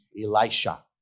Elisha